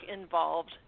involved